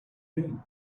been